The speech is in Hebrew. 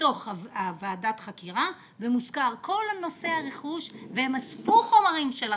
בתוך ועדת החקירה ומוזכר כל נושא הרכוש והם אספו חומרים של הרכוש,